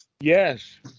Yes